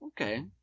Okay